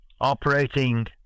operating